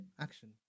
action